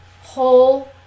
whole